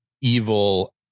evil